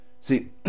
see